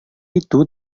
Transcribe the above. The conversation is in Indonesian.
itu